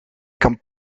kan